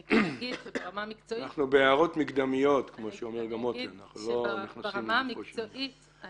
אני רק אומרת שברמה המקצועית העמדה היא